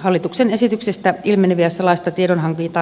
hallituksen esityksestä ilmeneviä salaista tiedonhankintaa koskevia rajoituksia